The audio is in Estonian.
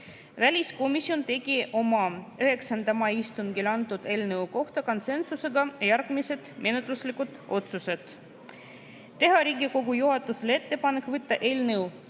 Väliskomisjon tegi oma 9. mai istungil selle eelnõu kohta konsensusega järgmised menetluslikud otsused: teha Riigikogu juhatusele ettepanek võtta